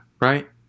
Right